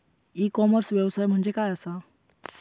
E commerce व्यवसाय म्हणजे काय असा?